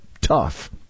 Tough